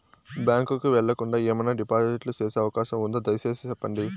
Bank కు వెళ్లకుండా, ఏమన్నా డిపాజిట్లు సేసే అవకాశం ఉందా, దయసేసి సెప్పండి?